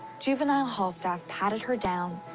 juvenile hall staff patted her down,